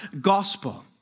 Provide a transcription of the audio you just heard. gospel